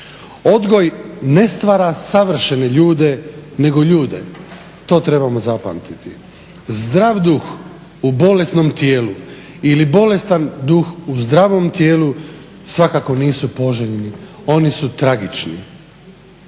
Odgoj ne stvara savršene ljude, nego ljude, to trebamo zapamtiti. Zdrav duh u bolesnom tijelu, ili bolestan duh u zdravom tijelu, svakako nisu poželjni, oni su tragični.